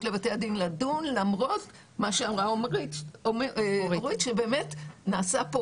לבתי הדין לדון למרות מה שאמרה אורית שבאמת נעשה פה